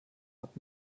hat